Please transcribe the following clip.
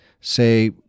say